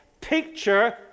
picture